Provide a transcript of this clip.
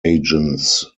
agents